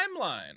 timeline